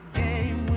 game